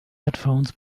headphones